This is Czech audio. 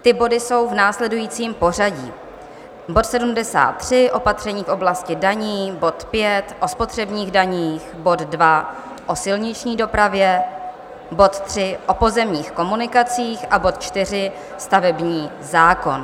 Ty body jsou v následujícím pořadí: bod 73 opatření v oblasti daní, bod 5 o spotřebních daních, bod 2 o silniční dopravě, bod 3 o pozemních komunikacích a bod 4 stavební zákon.